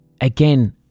again